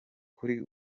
kuri